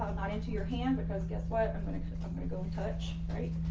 not into your hand because guess what i'm gonna, i'm gonna go touch right?